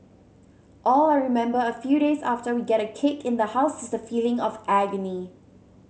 all I remember a few days after we get a cake in the house is the feeling of agony